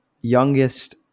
youngest